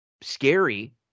scary